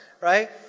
right